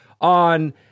on